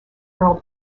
earl